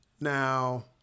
Now